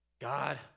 God